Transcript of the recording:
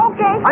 Okay